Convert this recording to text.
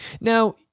Now